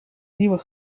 nieuwe